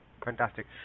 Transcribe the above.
Fantastic